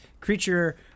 creature